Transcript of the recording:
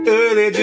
early